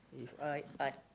If I I